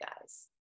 guys